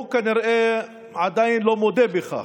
הוא כנראה עדיין לא מודה בכך,